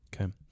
Okay